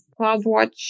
CloudWatch